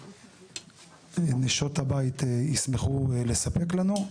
נשות הבית יסמכו לספק לנו.